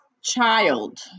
child